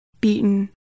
beaten